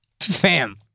fam